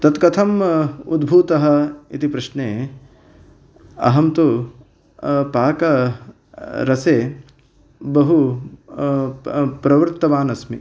तत्कथम् उद्भूतः इति प्रश्ने अहं तु पाकरसे बहु प्रवृत्तवान् अस्मि